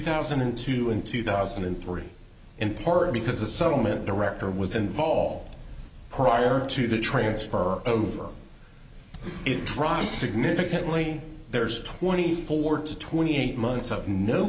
thousand and two in two thousand and three in part because a settlement director was involved prior to the transfer over it drops significantly there's twenty four to twenty eight months of no